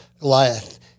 Goliath